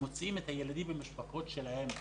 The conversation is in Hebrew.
מוציאים את הילדים מהמשפחות שלהם,